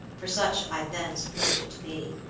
for such i then supposed it to be.